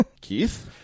Keith